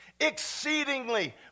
exceedingly